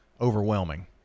overwhelming